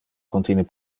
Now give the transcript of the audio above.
contine